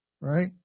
right